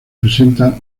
presenta